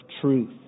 truth